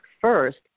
first